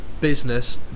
business